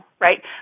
right